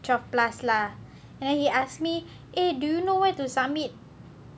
twelve plus lah and then he ask me eh do you know where to submit